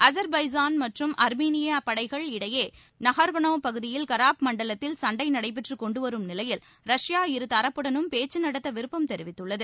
அசர்பைஜான் மற்றும் அர்மீனியப் படைகள் இடையே நகார்னோ மற்றும் கராபக் மண்டலத்தில் சண்டை நடைபெற்று வரும் நிலையில் ரஷ்யா இரு தரப்புடனும் பேச்சு நடத்த விருப்பம் தெரிவித்துள்ளது